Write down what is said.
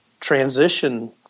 transition